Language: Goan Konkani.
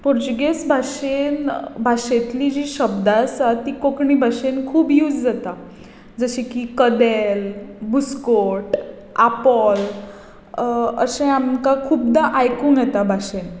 पोर्तुगेज भाशेन भाशेंतली जी शब्द आसा ती कोंकणी भाशेन खूब यूज जाता जशें की कदेल बुस्कोट आपोल अशें आमकां खुबदा आयकूंक येता भाशेन